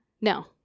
No